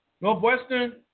Northwestern